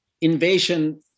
Invasion